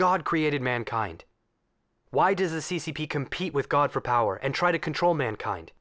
god created mankind why does the c c p compete with god for power and try to control mankind